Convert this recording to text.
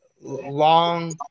long